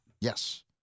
Yes